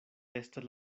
estas